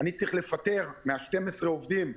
אני צריך לפטר שמונה עובדים,